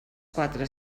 quatre